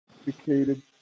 educated